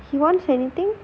he wants anything